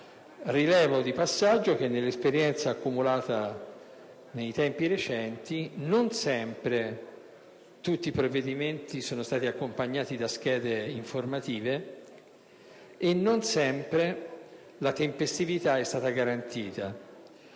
Rilevo, *en passant*, che nell'esperienza accumulata di recente ho registrato che non sempre tutti i provvedimenti sono stati accompagnati da schede informative e non sempre la tempestività è stata garantita.